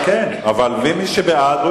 כן, אבל מי שבעד הוא